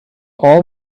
all